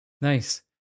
Nice